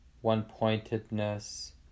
one-pointedness